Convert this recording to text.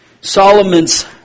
Solomon's